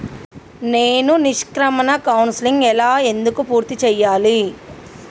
నేను నిష్క్రమణ కౌన్సెలింగ్ ఎలా ఎందుకు పూర్తి చేయాలి?